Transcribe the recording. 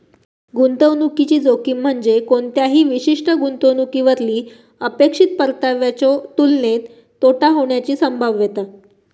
गुंतवणुकीची जोखीम म्हणजे कोणत्याही विशिष्ट गुंतवणुकीवरली अपेक्षित परताव्याच्यो तुलनेत तोटा होण्याची संभाव्यता